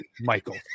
Michael